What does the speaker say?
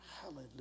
hallelujah